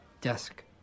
desk